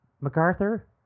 MacArthur